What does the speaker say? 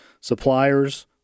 suppliers